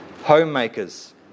Homemakers